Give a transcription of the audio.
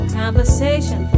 conversation